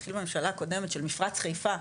התחיל בממשלה הקודמת של מפרץ חיפה,